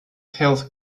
health